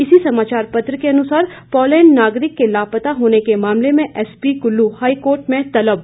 इसी समाचार पत्र के अनुसार पोलैंड नागरिक के लापता होने के मामले में एसपी कुल्लू हाईकोर्ट में तलब